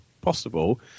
possible